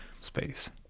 space